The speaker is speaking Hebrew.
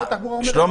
שלנו